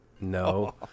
No